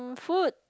food